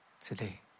today